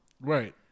right